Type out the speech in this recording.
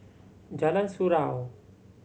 Jalan Surau